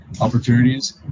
opportunities